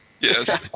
Yes